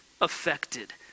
affected